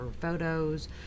photos